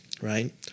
right